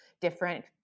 different